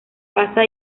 caza